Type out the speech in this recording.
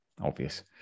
obvious